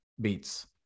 beats